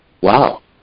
wow